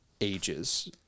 ages